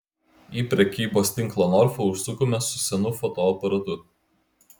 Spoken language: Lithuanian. į prekybos tinklą norfa užsukome su senu fotoaparatu